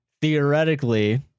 theoretically